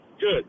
Good